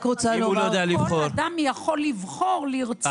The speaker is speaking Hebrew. כל אדם יכול לבחור לרצות.